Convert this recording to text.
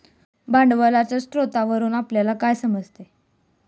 भांडवलाच्या स्रोतावरून आपल्याला काय समजते?